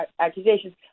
accusations